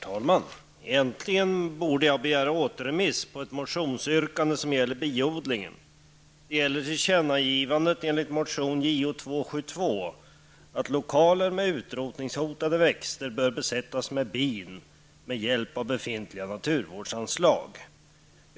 Herr talman! Egentligen borde jag begära återremiss på ett motionsyrkande som gäller biodlingen. Det gäller förslaget om ett tillkännagivande enligt motion Jo272 att lokaler med utrotningshotade växter bör besättas med bin med hjälp av befintliga naturvårdsanslag.